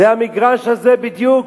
זה המגרש הזה בדיוק.